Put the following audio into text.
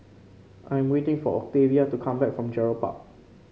I am waiting for Octavia to come back from Gerald Park